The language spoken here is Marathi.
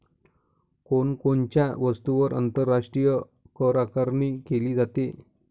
कोण कोणत्या वस्तूंवर आंतरराष्ट्रीय करआकारणी केली जाते?